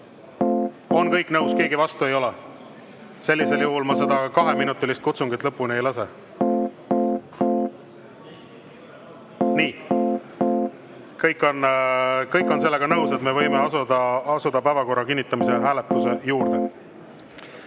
On kõik nõus, keegi vastu ei ole? Sellisel juhul ma kaheminutilist kutsungit lõpuni ei lase. Nii. Kõik on sellega nõus, et me võime asuda päevakorra kinnitamise hääletuse